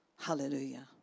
Hallelujah